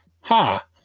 ha